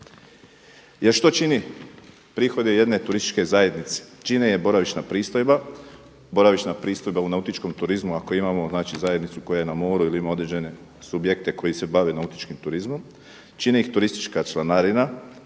jer što čini prihode jedne turističke zajednice? Čine je boravišna pristojba, boravišna pristojba u nautičkom turizmu ako imamo zajednicu koja je na moru ili ima određene subjekte koji se bave nautičkim turizmom, čine ih turistička članarina,